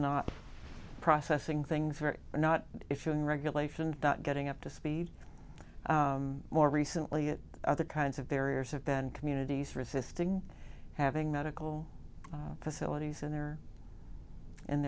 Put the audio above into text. not processing things were not if you in regulation that getting up to speed more recently at other kinds of barriers have been communities resisting having medical facilities in their